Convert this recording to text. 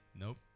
Nope